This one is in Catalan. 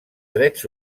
drets